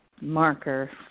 marker